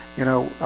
you know